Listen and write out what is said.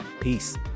peace